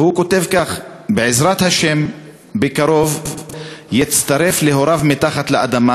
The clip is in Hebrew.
והוא כותב כך: "בעזרת השם בקרוב יצטרף להוריו מתחת לאדמה.